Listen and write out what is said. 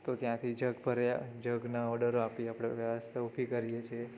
તો ત્યાંથી જગ ભર્યા જગના ઓર્ડરો આપી આપણે વ્યવસ્થા ઊભી કરીએ છીએ